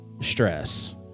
stress